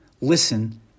listen